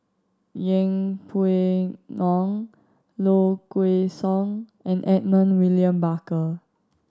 Yeng Pway Ngon Low Kway Song and Edmund William Barker